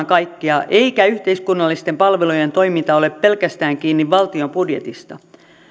kaikkea eikä yhteiskunnallisten palvelujen toiminta ole pelkästään kiinni valtion budjetista